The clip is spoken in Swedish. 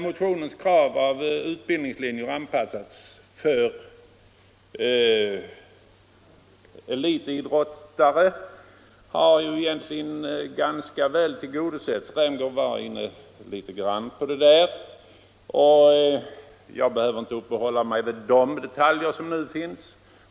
Det krav på utbildningslinjer, anpassade för elitidrottare, som förs fram i motionen 124, har också ganska väl tillgodosetts. Herr Rämgård var inne något på detta, och jag behöver inte uppehålla mig vid detaljerna.